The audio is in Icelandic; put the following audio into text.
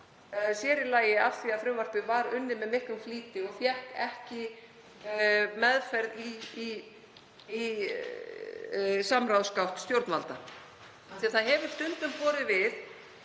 sér í lagi af því að frumvarpið var unnið með miklum flýti og fékk ekki meðferð í samráðsgátt stjórnvalda — því að stundum hefur borið